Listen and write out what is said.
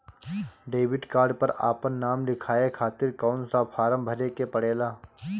Debit card पर आपन नाम लिखाये खातिर कौन सा फारम भरे के पड़ेला?